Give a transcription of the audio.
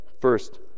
First